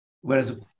Whereas